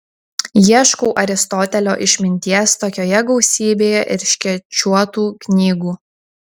ieškau aristotelio išminties tokioje gausybėje erškėčiuotų knygų